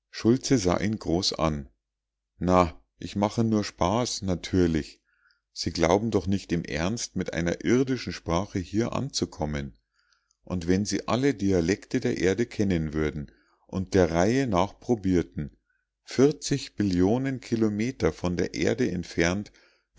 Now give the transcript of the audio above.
schultze sah ihn groß an na ich mache nur spaß natürlich sie glauben doch nicht im ernst mit einer irdischen sprache hier anzukommen und wenn sie alle dialekte der erde kennen würden und der reihe nach probierten billionen kilometer von der erde entfernt